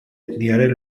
etniaren